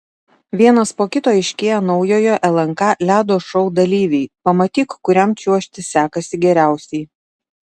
vienas po kito aiškėja naujojo lnk ledo šou dalyviai pamatyk kuriam čiuožti sekasi geriausiai